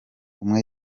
umwe